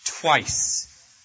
twice